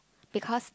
because